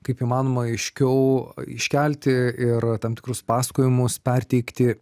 kaip įmanoma aiškiau iškelti ir tam tikrus pasakojimus perteikti